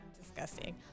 disgusting